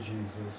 Jesus